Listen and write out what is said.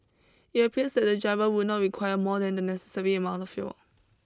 it appears that the driver would not require more than the necessary amount of fuel